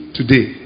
today